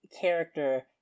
character